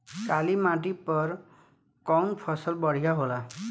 काली माटी पर कउन फसल बढ़िया होला?